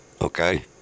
Okay